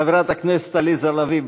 חברת הכנסת עליזה לביא,